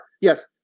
yes